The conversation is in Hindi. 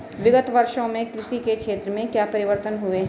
विगत वर्षों में कृषि के क्षेत्र में क्या परिवर्तन हुए हैं?